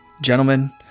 gentlemen